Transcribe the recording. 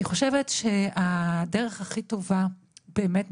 אני חושבת שהדרך הכי טובה באמת,